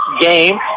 game